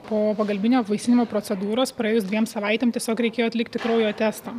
po pagalbinio apvaisinimo procedūros praėjus dviem savaitėm tiesiog reikėjo atlikti kraujo testą